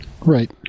Right